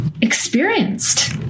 experienced